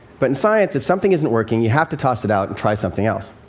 but in science, if something isn't working, you have to toss it out and try something else.